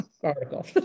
article